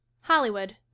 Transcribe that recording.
HOLLYWOOD